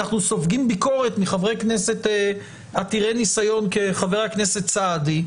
אנחנו סופגים ביקורת מחברי כנסת עתירי ניסיון כחבר הכנסת סעדי,